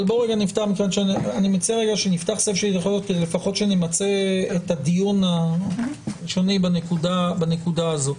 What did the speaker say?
אבל קודם נפתח סבב כדי שלפחות נמצה את הדיון הראשוני בנקודה הזו.